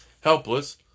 helpless